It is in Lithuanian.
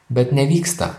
bet nevyksta